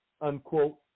unquote